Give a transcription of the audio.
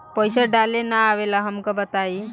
पईसा डाले ना आवेला हमका बताई?